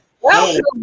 Welcome